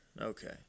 Okay